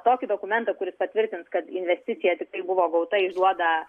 tokį dokumentą kuris patvirtins kad investicija tikrai buvo gauta išduoda